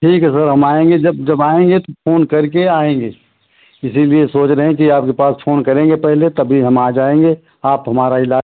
ठीक है सर हम आएँगे जब जब आएँगे तो फ़ोन करके आएँगे इसीलिए सोच रहे हैं कि आपके पास फ़ोन करेंगे पहले तभी हम आ जाएँगे आप हमारा इला